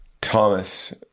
Thomas